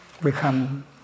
become